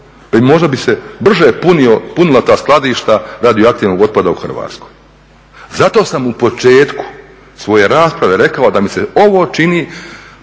možda bi se brže punila ta skladišta radioaktivnog otpada u Hrvatskoj. Zato sam u početku svoje rasprave rekao da mi se ovo čini,